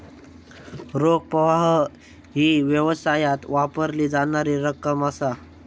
रोख प्रवाह ही व्यवसायात वापरली जाणारी रक्कम असा